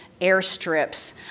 airstrips